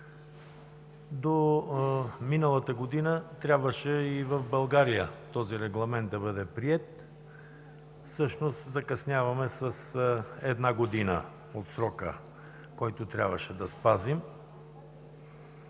До миналата година трябваше и в България този регламент да бъде приет, но закъсняваме с една година от срока, който трябваше да спазим.